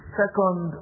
second